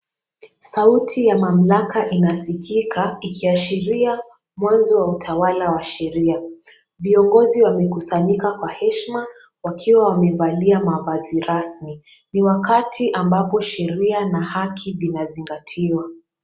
Sauti ya mamlaka inasikika ikiashiria mwanzo wa utawala wa sheria. Viongozi wamekusanyika kwa heshima wakiwa wamevalia mavazi rasmi, ni wakati ambapo sheria na haki inazingatiwa.